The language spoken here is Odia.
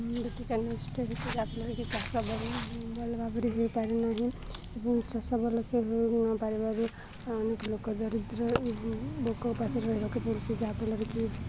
ଯାହାଫଳରେ କିି ଚାଷ ଭଲ ଭାବରେ ହେଇପାରେ ନାହିଁ ଏବଂ ଚାଷ ଭଲ ସେ ନପାରିବାରୁ ଅନେକ ଲୋକ ଦରିଦ୍ର ଲୋକ ଉପାସରେ ରହିବାକୁ ପଡ଼ୁଛି ଯାହାଫଳରେ କିି